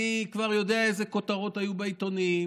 אני כבר יודע איזה כותרות היו בעיתונים,